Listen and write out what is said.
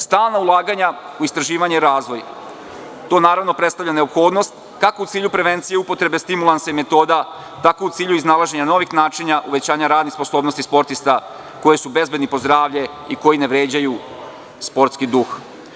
Stalna ulaganja u istraživanje i razvoj, to naravno predstavlja neophodnost kako u cilju prevencije stimulansa i metoda, tako u cilju iznalaženja novih načina uvećanja radnih sposobnosti, sportista koji su bezbedni po zdravlje i koji ne vređaju sportski duh.